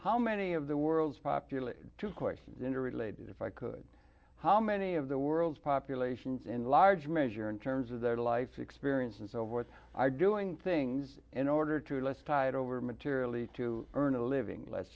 how many of the world's population to question in a related if i could how many of the world's populations in large measure in terms of their life experience and so voice are doing things in order to less tied over materially to earn a living let's